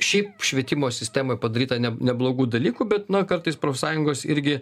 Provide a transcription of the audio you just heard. šiaip švietimo sistemoje padaryta ne neblogų dalykų bet na kartais profsąjungos irgi